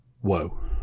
whoa